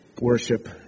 worship